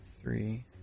three